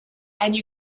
and